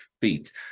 feet